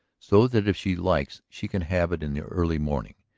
so that if she likes she can have it in the early morning.